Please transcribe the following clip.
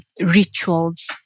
rituals